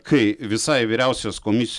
kai visai vyriausios komis